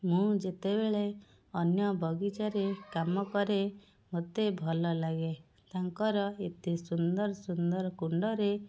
ମୁଁ ଯେତେବେଳେ ଅନ୍ୟ ବଗିଚାରେ କାମ କରେ ମୋତେ ଭଲ ଲାଗେ ତାଙ୍କର ଏତେ ସୁନ୍ଦର ସୁନ୍ଦର କୁଣ୍ଡରେ